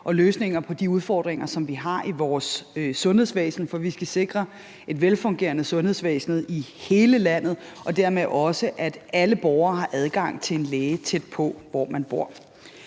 og løsninger på de udfordringer, som vi har i vores sundhedsvæsen, for vi skal sikre et velfungerende sundhedsvæsen i hele landet og dermed også, at alle borgere har adgang til en læge tæt på, hvor de bor.